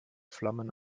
flammen